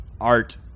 art